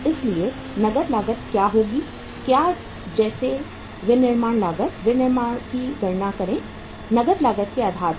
इसलिए नगद लागत क्या होगी क्या जैसे विनिर्माण लागत विनिर्माण की गणना करें नकद लागत के आधार पर